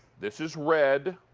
this is red.